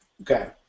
Okay